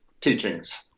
teachings